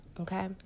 Okay